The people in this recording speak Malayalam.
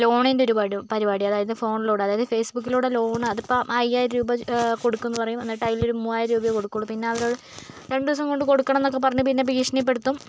ലോണിൻ്റെ ഒരു പരിപാടി അതായത് ഫോണിലൂടെ അതായത് ഫേസ് ബൂക്കിലൂടെ ലോണ് അത് ഇപ്പം അയ്യായിരം രൂപ കൊടുക്കൂന്നു പറയും എന്നിട്ട് അതില് ഒരു മൂവായിരം രൂപയെ കൊടുക്കുള്ളൂ പിന്നെ എന്നിട്ട് രണ്ട് ദിവസം കൊണ്ട് കൊടുക്കണം എന്നോക്കെ പറഞ്ഞു പിന്നെ ഭീഷണിപ്പെടുത്തും